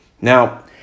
Now